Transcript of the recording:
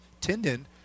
tendon